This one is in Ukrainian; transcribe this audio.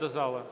увагу.